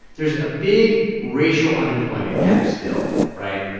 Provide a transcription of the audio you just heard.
there's a big racial unemployment gap still, right?